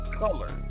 color